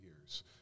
years